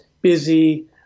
busy